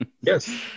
Yes